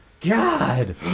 God